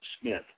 Smith